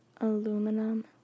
aluminum